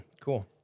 cool